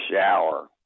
shower